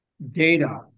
Data